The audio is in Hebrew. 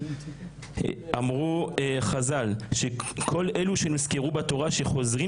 אמרו חז"ל שכל אלה שנזכרו בתורה שחוזרים